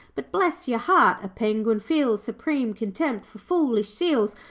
but bless your heart, a penguin feels supreme contempt for foolish seals,